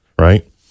right